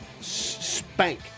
spank